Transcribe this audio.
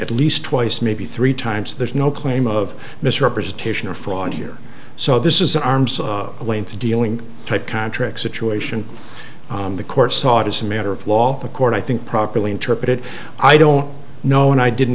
at least twice maybe three times there's no claim of misrepresentation or fraud here so this is an arm's length dealing type contract situation the court saw it as a matter of law the court i think properly interpreted i don't know and i didn't